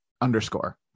underscore